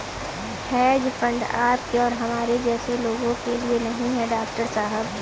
hedge fund आपके और हमारे जैसे लोगों के लिए नहीं है, डॉक्टर साहब